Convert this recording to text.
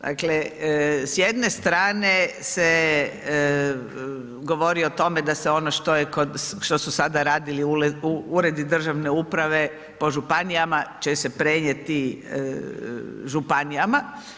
Dakle, s jedne strane se govori o tome da se ono što, što su sada radili uredi državne uprave, po županijama će se prenijeti županijama.